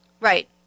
Right